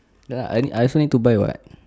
ya I I also need to buy what